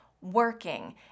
working